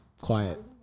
quiet